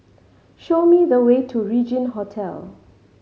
show me the way to Regin Hotel